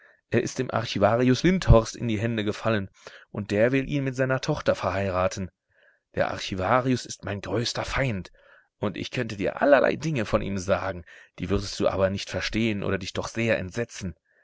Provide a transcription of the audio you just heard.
er ist dem archivarius lindhorst in die hände gefallen und der will ihn mit seiner tochter verheiraten der archivarius ist mein größter feind und ich könnte dir allerlei dinge von ihm sagen die würdest du aber nicht verstehen oder dich doch sehr entsetzen